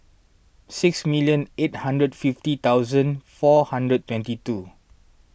six million eight hundred fifty thousand four hundred twenty two